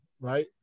right